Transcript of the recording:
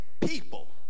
people